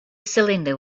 cylinder